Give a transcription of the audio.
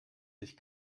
sich